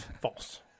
False